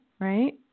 right